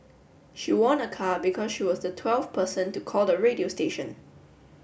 she won a car because she was the twelfth person to call the radio station